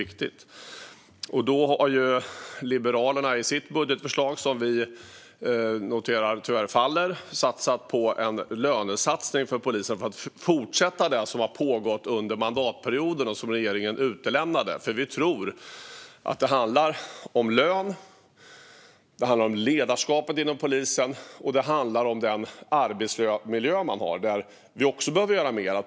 Vi i Liberalerna har i vårt budgetförslag, som tyvärr faller, gjort en lönesatsning på polisen för att fortsätta det som har pågått under mandatperioden och som regeringen utelämnade. Vi tror att det handlar om lön och ledarskap. Vi tror också att det handlar om arbetsmiljön. Även där behöver vi göra mer.